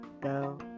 go